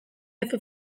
efe